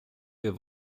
wir